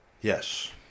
Yes